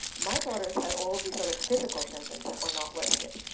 my daughters had all of these other physical symptoms that were not listed,